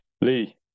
lee